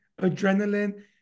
adrenaline